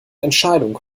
entscheidung